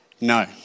No